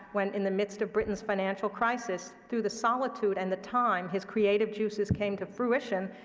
when, in the midst of britain's financial crisis, through the solitude and the time, his creative juices came to fruition,